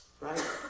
Right